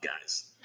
guys